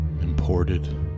imported